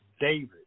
David